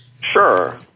Sure